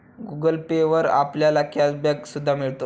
Google Pay वर आपल्याला cash back सुद्धा मिळतो